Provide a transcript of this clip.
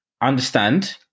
understand